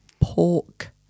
pork